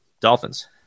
dolphins